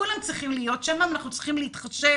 כולם צריכים להיות שם ואנחנו צריכים להתחשב